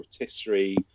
rotisserie